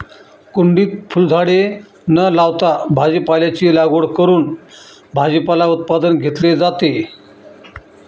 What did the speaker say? कुंडीत फुलझाडे न लावता भाजीपाल्याची लागवड करून भाजीपाला उत्पादन घेतले जाते